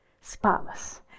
spotless